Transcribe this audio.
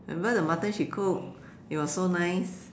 remember the mutton she cook it was so nice